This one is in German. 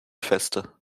feste